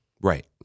Right